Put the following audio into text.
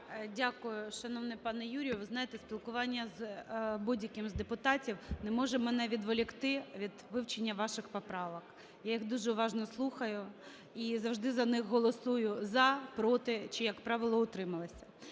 Дякую, шановний пане Юрію. Ви знаєте, спілкування з будь-яким з депутатів не може мене відволікти від вивчення ваших поправок. Я їх дуже уважно слухаю і завжди за них голосую "за", "проти" чи, як правило, "утрималася".